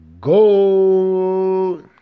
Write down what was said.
go